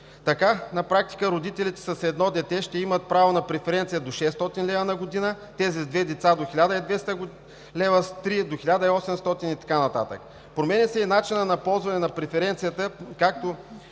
Така на практика родителите с едно дете ще имат право на преференция до 600 лв. на година, тези с две деца до 1200 лв., с три до 1800 лв. и така нататък. Променя се и начинът на ползване на преференцията, както